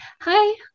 Hi